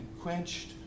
quenched